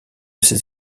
ses